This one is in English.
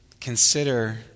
consider